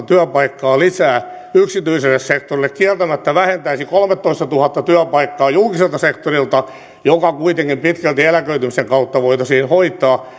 työpaikkaa lisää yksityiselle sektorille kieltämättä se vähentäisi kolmetoistatuhatta työpaikkaa julkiselta sektorilta mikä kuitenkin pitkälti eläköitymisen kautta voitaisiin hoitaa